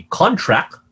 contract